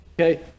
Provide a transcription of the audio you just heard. Okay